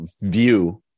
view